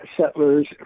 settlers